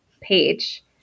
page